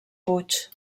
puig